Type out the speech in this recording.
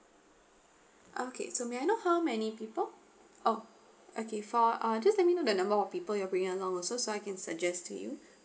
okay so may I know how many people oh okay for uh just let me know the number of people you bring along also so I can suggest to you